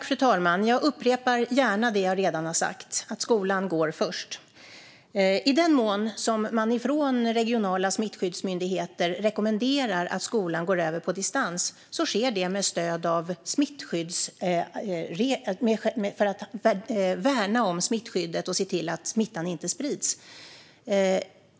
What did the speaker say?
Fru talman! Jag upprepar gärna det jag redan har sagt: Skolan går först. I den mån man från regionala smittskyddsmyndigheter rekommenderar att skolan går över på distans sker det för att värna om smittskyddet och se till att smittan inte sprids.